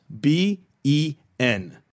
B-E-N